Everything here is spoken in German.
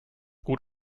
gut